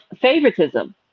favoritism